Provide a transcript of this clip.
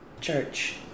church